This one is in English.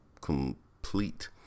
complete